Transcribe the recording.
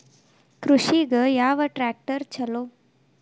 ಕೃಷಿಗ ಯಾವ ಟ್ರ್ಯಾಕ್ಟರ್ ಛಲೋ?